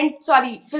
sorry